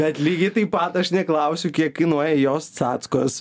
bet lygiai taip pat aš neklausiu kiek kainuoja jos catskos